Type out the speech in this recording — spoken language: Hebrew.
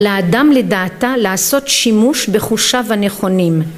לאדם לדעתה לעשות שימוש בחושיו הנכונים.